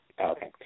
okay